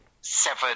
seven